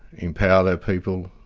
empower their people,